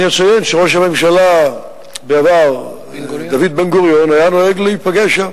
אני אציין שראש הממשלה בעבר דוד בן-גוריון היה נוהג להיפגש שם